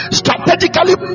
strategically